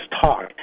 talk